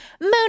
moon